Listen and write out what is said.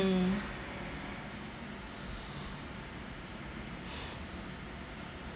~(mm)